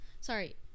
Sorry